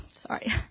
sorry